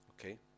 Okay